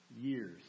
years